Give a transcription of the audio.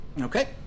Okay